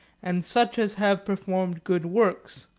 and such as have performed good works.